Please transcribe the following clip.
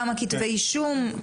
כמה כתבי אישום,